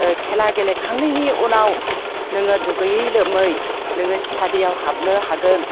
खेला गेलेखांनायनि उनाव नोङो दुगैयै लोबै नोङो स्टाडियाव हाबनो हागोन